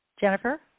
Jennifer